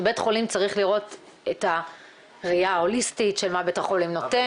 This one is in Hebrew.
שבית חולים צריך לראות את הראיה ההוליסטית של מה בית החולים נותן,